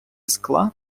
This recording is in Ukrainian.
скла